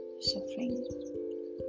suffering